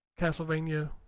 Castlevania